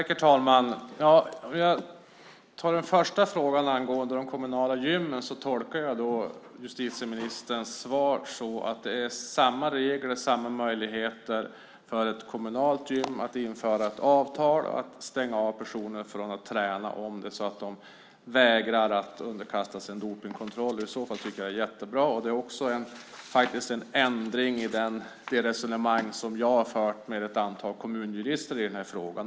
Herr talman! När det gäller den första frågan, angående de kommunala gymmen, tolkar jag justitieministerns svar som att det är samma regler och samma möjligheter för ett kommunalt gym som för andra att införa avtal om att stänga av personer från att träna om de vägrar att underkasta sig en dopningskontroll. I så fall tycker jag att det är jättebra. Det är faktiskt också en ändring jämfört med vad som gällt i de resonemang som jag har fört med ett antal kommunjurister i den här frågan.